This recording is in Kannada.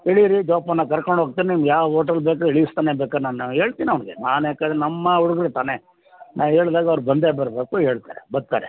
ಇಳಿರಿ ಜೋಪಾನ ಕರ್ಕೊಂಡು ಹೋಗ್ತಾನೆ ನಿಮ್ಗೆ ಯಾವ ಓಟೆಲ್ ಬೇಕು ಇಳಿಸ್ತಾನೆ ಬೇಕಾರೆ ನಾನು ಹೇಳ್ತೀನಿ ಅವ್ನಿಗೆ ನಾನೇಕೆ ನಮ್ಮ ಹುಡುಗುರು ತಾನೇ ನಾ ಹೇಳ್ದಾಗ ಅವ್ರು ಬಂದೇ ಬರಬೇಕು ಹೇಳ್ತಾರೆ ಬರ್ತಾರೆ